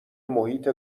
محیط